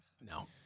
No